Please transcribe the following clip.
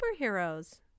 superheroes